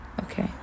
Okay